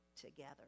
together